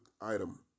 item